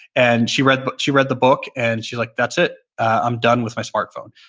and she read but she read the book and she's like, that's it. i'm done with my smartphone.